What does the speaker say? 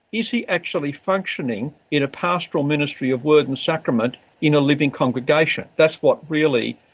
is he actually functioning in a pastoral ministry of word and sacrament in a living congregation? that's what really,